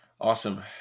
Awesome